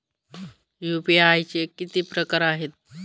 UPI चे किती प्रकार आहेत?